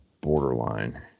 borderline